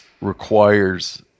requires